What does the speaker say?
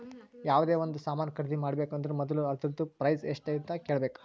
ಯಾವ್ದೇ ಒಂದ್ ಸಾಮಾನ್ ಖರ್ದಿ ಮಾಡ್ಬೇಕ ಅಂದುರ್ ಮೊದುಲ ಅದೂರ್ದು ಪ್ರೈಸ್ ಎಸ್ಟ್ ಅಂತ್ ಕೇಳಬೇಕ